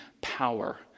power